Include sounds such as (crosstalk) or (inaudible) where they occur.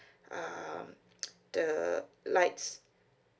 um (noise) the lights